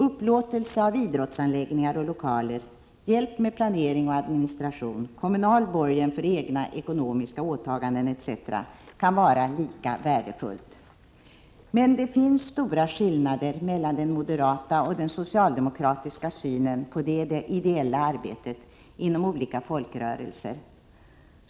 Upplåtelse av idrottsanläggningar och lokaler, hjälp med planering och administration, kommunal borgen för egna ekonomiska åtaganden etc., kan vara lika värdefullt. Men det finns stora skillnader mellan den moderata och den socialdemokratiska synen på det ideella arbetet inom olika folkrörelser.